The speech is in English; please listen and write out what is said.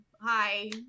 hi